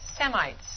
Semites